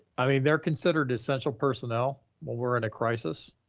i mean, they're considered essential personnel when we're in a crisis.